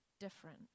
different